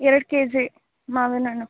ಎರಡು K G ಮಾವಿನಹಣ್ಣು